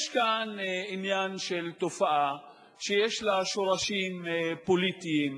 יש כאן עניין של תופעה שיש לה שורשים פוליטיים,